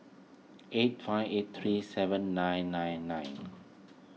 eight five eight three seven nine nine nine